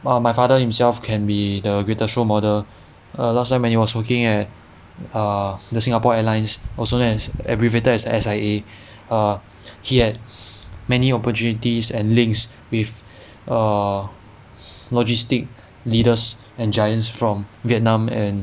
well my father himself can be the greatest role model err last time when he was working at the singapore airlines also known as abbreviated as S_I_A err he had many opportunities and links with err logistic leaders and giants from vietnam and